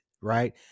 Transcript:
right